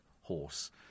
horse